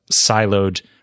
siloed